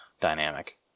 dynamic